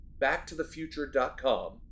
backtothefuture.com